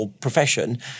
profession